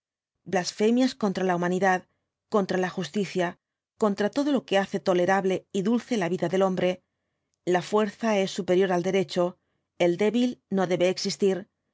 blasfemias contra la humanidad contra la justicia contra todo lo que hace tolerable y dulce la vida del hombre la fuerza es superior al derecho el débil no debe existir